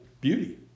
beauty